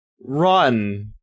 run